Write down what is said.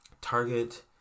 Target